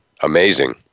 Amazing